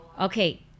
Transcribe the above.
Okay